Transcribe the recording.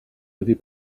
avez